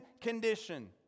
condition